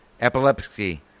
Epilepsy